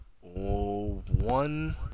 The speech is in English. One